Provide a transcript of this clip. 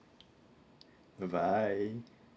bye bye